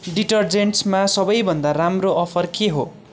डिटरजेन्ट्समा सबैभन्दा राम्रो अफर के हो